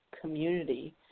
community